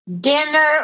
dinner